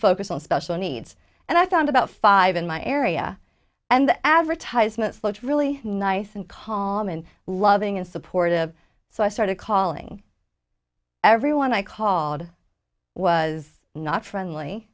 focus on special needs and i found about five in my area and the advertisements looked really nice and calm and loving and supportive so i started calling everyone i call it was not friendly